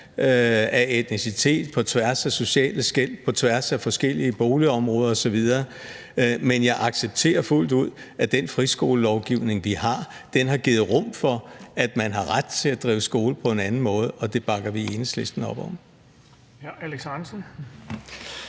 af etnicitet, på tværs af sociale skel og på tværs af forskellige boligområder osv. Men jeg accepterer fuldt ud, at den friskolelovgivning, vi har, har givet rum for, at man har ret til at drive skole på en anden måde, og det bakker vi i Enhedslisten op om.